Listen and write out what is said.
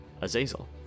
Azazel